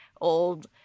old